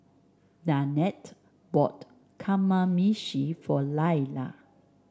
Danette bought Kamameshi for Lailah